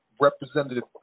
Representative